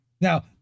Now